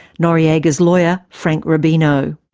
noriega's lawyer, frank rubino.